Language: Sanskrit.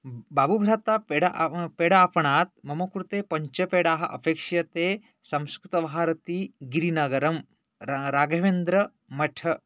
बाबु गृहात् पेडा पेडा आपणात् मम कृते पञ्चपेडाः अपेक्षते संस्कृतभारती गिरिनगरं राघवेन्द्रमठम्